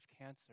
cancer